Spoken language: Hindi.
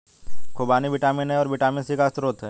खूबानी विटामिन ए और विटामिन सी का स्रोत है